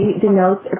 denotes